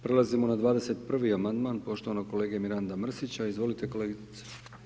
Prelazimo na 21. amandman poštovanog kolege Miranda Mrsića, izvolite kolegice.